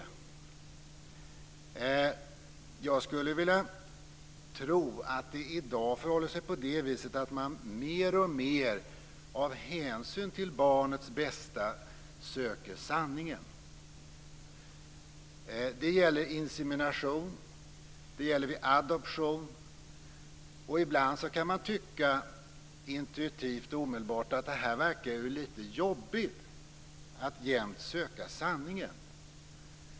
I dag förhåller det sig nog på det viset att man mer och mer av hänsyn till barnets bästa söker sanningen. Det gäller vid insemination och vid adoption. Ibland kan man intuitivt tycka att det verkar litet jobbigt att jämt söka sanningen.